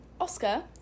Oscar